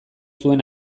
zuen